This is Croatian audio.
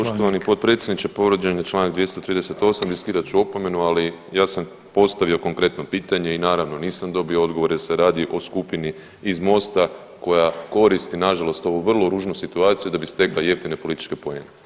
Poštovani potpredsjedniče, povrijeđen je čl. 238, riskirat ću opomenu, ali ja sam postavio konkretno pitanje i naravno, nisam dobio odgovor jer se radi o skupini iz Mosta koja koristi nažalost ovu vrlo ružnu situaciju da bi stekla jeftine političke poene.